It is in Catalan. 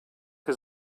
que